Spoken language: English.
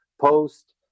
post